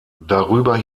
darüber